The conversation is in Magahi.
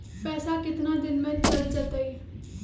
पैसा कितना दिन में चल जतई?